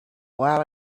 while